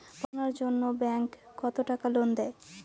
পড়াশুনার জন্যে ব্যাংক কত টাকা লোন দেয়?